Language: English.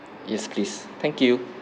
yes please thank you